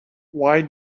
why